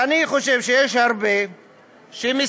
ואני חושב שיש הרבה שמסתכלים,